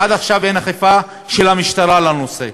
עד עכשיו אין אכיפה של המשטרה בנושא.